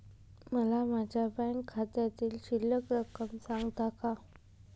मला माझ्या बँक खात्यातील शिल्लक रक्कम सांगता का?